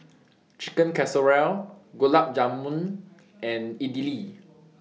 Chicken Casserole Gulab Jamun and Idili